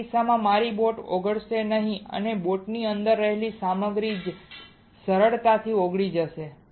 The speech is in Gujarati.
આ કિસ્સામાં મારી બોટ ઓગળશે નહીં અને બોટની અંદર રહેલી સામગ્રી જ સરળતાથી ઓગળી જશે